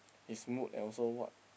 his mood and also what